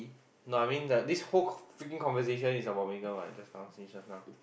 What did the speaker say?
no I mean the this whole freaking conversation is about Megan what just now since just now